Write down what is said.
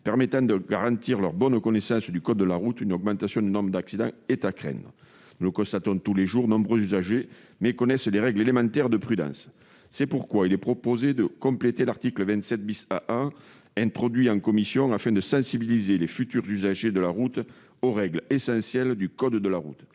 n'étant pas requis pour ces véhicules individuels, une augmentation du nombre d'accidents est à craindre. Nous le constatons tous les jours, de nombreux usagers méconnaissent les règles élémentaires de prudence. C'est pourquoi il est proposé de compléter l'article 27 AA, introduit au Sénat en commission afin de sensibiliser les futurs usagers de la route aux règles essentielles du code de la route,